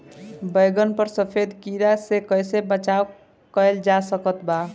बैगन पर सफेद कीड़ा से कैसे बचाव कैल जा सकत बा?